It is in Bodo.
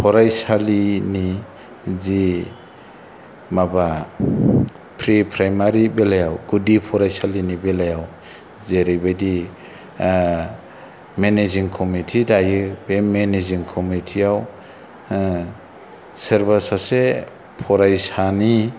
फरायसालिनि जि माबा प्रि प्राइमारि बेलायाव गुदि फरायसालिनि बेलायाव जेरैबायदि ओह मेनेजिं कमिटि दायो बे मेनेजिं कमिटिआव सोरबा सासे फरायसानि